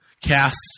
Casts